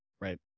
Right